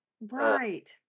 Right